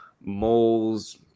moles